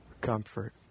comfort